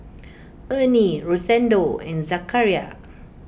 Ernie Rosendo and Zachariah